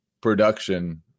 production